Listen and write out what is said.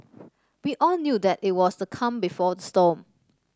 we all knew that it was the calm before the storm